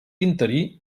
interí